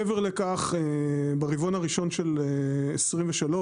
מעבר לכך ברבעון הראשון של 2023,